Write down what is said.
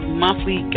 monthly